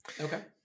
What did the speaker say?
Okay